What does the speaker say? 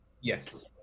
Yes